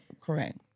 correct